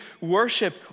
worship